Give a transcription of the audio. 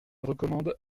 recommande